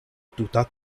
tuta